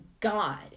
God